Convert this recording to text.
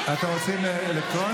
אתם רוצים אלקטרונית?